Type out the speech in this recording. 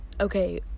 okay